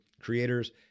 creators